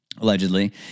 allegedly